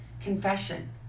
Confession